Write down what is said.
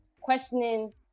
questioning